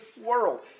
world